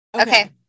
Okay